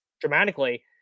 dramatically